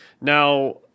Now